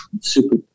super